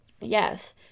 Yes